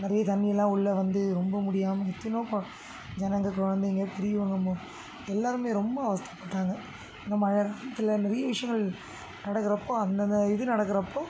நிறைய தண்ணியெல்லாம் உள்ள வந்து ரொம்ப முடியாமல் எத்தனையோ கொ ஜனங்க குழந்தைங்க பெரியவங்க எல்லாருமே ரொம்ப அவஸ்த்தைப்பட்டாங்க இந்த மழை காலத்தில் நிறைய விஷயங்கள் நடக்கிறப்போ அந்தந்த இது நடக்கிறப்போ